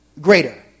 greater